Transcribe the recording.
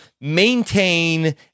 maintain